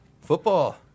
football